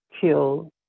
kill